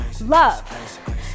love